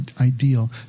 ideal